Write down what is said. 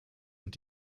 und